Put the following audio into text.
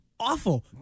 Awful